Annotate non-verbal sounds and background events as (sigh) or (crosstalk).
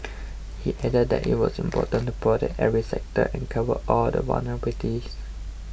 he added that it was important to protect every sector and cover all the (unintelligible)